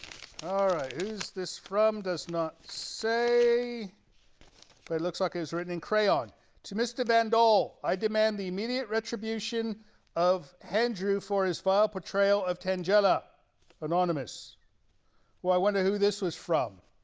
ah right who's this from does not say it looks like it was written in crayon to mr van dahl i demand the immediate retribution of handrew for his vile portrayal of tangella anonymous well i wonder who this was from